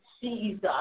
Jesus